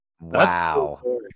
Wow